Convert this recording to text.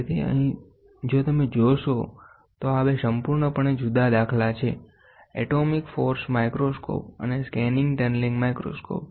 તેથી અહીં જો તમે જોશો તો આ 2 સંપૂર્ણપણે જુદા દાખલા છે એટોમિક ફોર્સ માઇક્રોસ્કોપ અને સ્કેનીંગ ટનલિંગ માઇક્રોસ્કોપ